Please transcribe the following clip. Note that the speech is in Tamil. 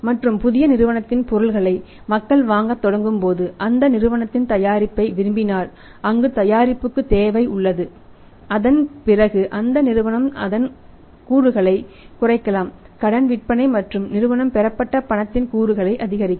மற்றும் புதிய நிறுவனத்தின் பொருள்களை மக்கள் வாங்கத் தொடங்கும் போது அந்த நிறுவனத்தின் தயாரிப்பை விரும்பினால் அங்கு தயாரிப்புக்கு தேவை உள்ளது அதன் பிறகு அந்த நிறுவனம் அதன் கூறுகளை குறைக்கலாம் கடன் விற்பனை மற்றும் நிறுவனம் பெறப்பட்ட பணத்தின் கூறுகளை அதிகரிக்கக்கூடும்